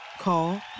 Call